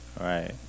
Right